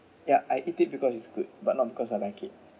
ya I eat it because it's good but not because I like it